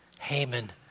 Haman